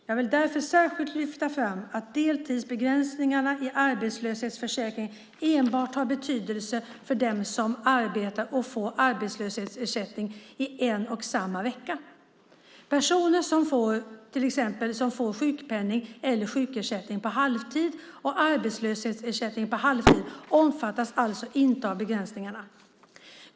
Jag vill därför särskilt lyfta fram att deltidsbegränsningarna i arbetslöshetsförsäkringen enbart har betydelse för dem som arbetar och får arbetslöshetsersättning i en och samma vecka. Personer som till exempel får sjukpenning eller sjukersättning på halvtid och arbetslöshetsersättning på halvtid omfattas alltså inte av begränsningarna.